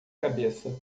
cabeça